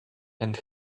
and